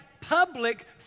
public